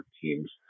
teams